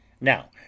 Now